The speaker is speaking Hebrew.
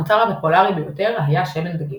המוצר הפופולרי ביותר היה שמן דגים.